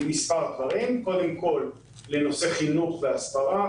קודם כל, לנושא חינוך והסברה.